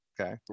okay